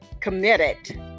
committed